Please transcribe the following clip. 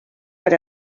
per